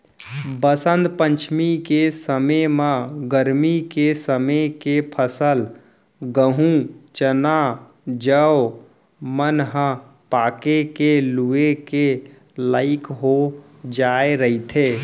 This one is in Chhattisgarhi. बसंत पंचमी के समे म गरमी के समे के फसल गहूँ, चना, जौ मन ह पाके के लूए के लइक हो जाए रहिथे